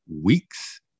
weeks